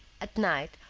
at night,